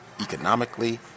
economically